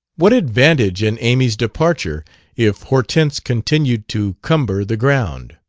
what advantage in amy's departure if hortense continued to cumber the ground?